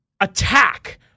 attack